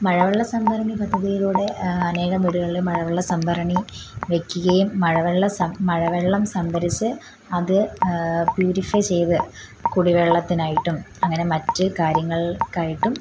മഴ വെള്ളം സംഭരണി പദ്ധതിയിലൂടെ അനേകം വീടുകളിൽ മഴ വെള്ളം സംഭരണി വെക്കുകയും മഴ വെള്ളം സംഭരണം മഴ വെള്ളം സംഭരിച്ച് അത് പ്യൂരിഫൈ ചെയ്ത് കുടിവെള്ളത്തിനായിട്ടും അങ്ങനെ മറ്റ് കാര്യങ്ങൾക്കായിട്ടും